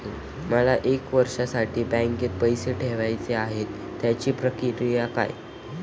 मला एक वर्षासाठी बँकेत पैसे ठेवायचे आहेत त्याची प्रक्रिया काय?